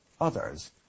others